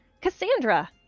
Cassandra